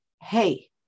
Hey